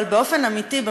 אבל באופן אמיתי,